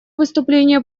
выступление